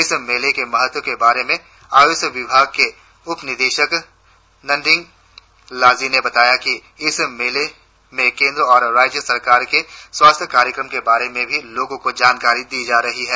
इस मेले के महत्व के बारे में आयुष विभाग के उपनिदेशक नेन्नडिंग लाजी ने बताया कि इस मेले में केंद्र और राज्य सरकार के स्वास्थ्य कार्यक्रमों के बारे में भी लोगों को जानकारी दी जा रही है